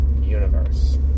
universe